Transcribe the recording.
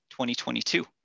2022